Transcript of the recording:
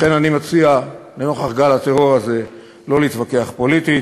לכן אני מציע לנוכח גל הטרור הזה לא להתווכח פוליטית,